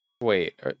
Wait